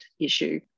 issue